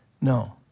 No